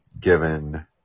given